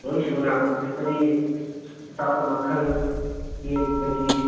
ꯂꯣꯏ ꯁꯨꯅ ꯕꯦꯛꯀꯔꯤ ꯑꯆꯥꯄꯣꯠ ꯃꯈꯜ ꯀꯦꯛꯇꯒꯤ